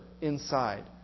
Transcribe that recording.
inside